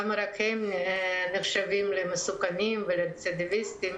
למה רק הם נחשבים למסוכנים ולרצידיוויסטים,